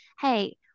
hey